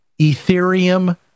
Ethereum